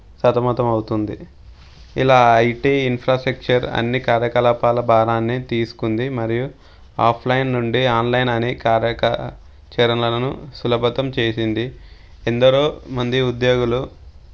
సతమతమవుతుంది ఇలా IT infrastructure అన్ని కార్యకలపాల భారాన్ని తీసుకుంది మరియు ఆఫ్లైన్ నుండి ఆన్లైన్ అనే కార్యచలనాలను సులభతం చేసింది ఎందరో మంది ఉద్యోగులు